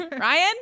ryan